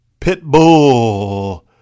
Pitbull